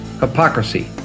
hypocrisy